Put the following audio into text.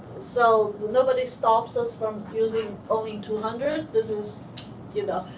so nobody stops us from using only two hundred, this is you know.